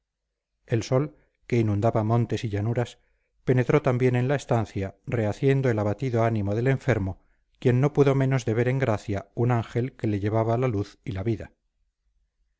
el sol que inundaba montes y llanuras penetró también en la estancia rehaciendo el abatido ánimo del enfermo quien no pudo menos de ver en gracia un ángel que le llevaba la luz y la vida